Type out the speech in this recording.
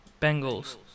Bengals